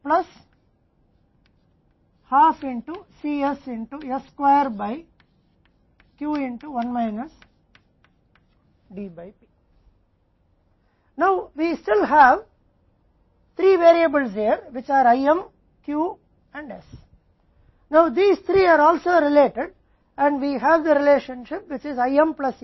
तो यह P शून्य से पूरे वर्ग में 1 शून्य से D Q से आधा है Q से आधे से C वर्ग में आधा है P से 1 मिनट में Q है